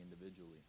individually